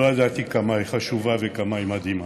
לא ידעתי כמה היא חשובה וכמה היא מדהימה,